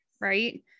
right